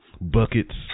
buckets